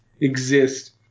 exist